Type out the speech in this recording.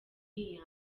iya